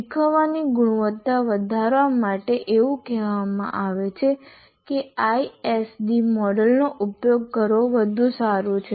શીખવાની ગુણવત્તા વધારવા માટે એવું કહેવામાં આવે છે કે ISD મોડેલનો ઉપયોગ કરવો વધુ સારું છે